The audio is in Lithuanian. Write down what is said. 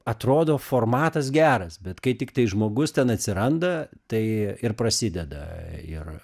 atrodo formatas geras bet kai tiktai žmogus ten atsiranda tai ir prasideda ir